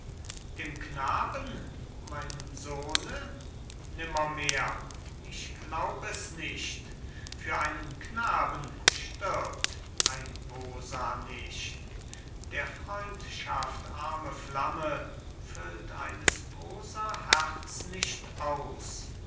dem knaben meinem sohne nimmermehr ich glaub es nicht für einen knaben stirbt ein posa nicht der freundschaft arme flamme füllt eines posa herz dicht aus